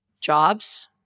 jobs